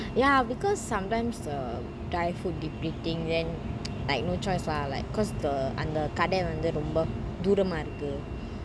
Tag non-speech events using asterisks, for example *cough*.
ya because sometimes the dry food depleting then *noise* like no choice lah like cause the அந்த கடை வந்து ரொம்ப தூரமா இருக்கு:antha kada vanthu romba thurama iruku